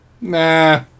Nah